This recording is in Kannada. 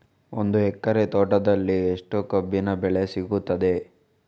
ಒಂದು ಎಕರೆ ತೋಟದಲ್ಲಿ ಎಷ್ಟು ಕಬ್ಬಿನ ಬೆಳೆ ಸಿಗುತ್ತದೆ?